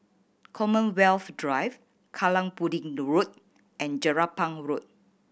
Commonwealth Drive Kallang Pudding Road and Jelapang Road